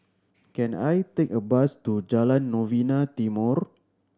can I take a bus to Jalan Novena Timor